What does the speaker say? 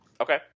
Okay